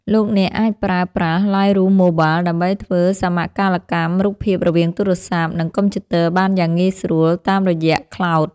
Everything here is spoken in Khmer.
លោកអ្នកអាចប្រើប្រាស់ ឡៃរូម ម៉ូបាល ដើម្បីធ្វើសមកាលកម្មរូបភាពរវាងទូរស័ព្ទ និងកុំព្យូទ័របានយ៉ាងងាយស្រួលតាមរយៈ ខ្លោដ ។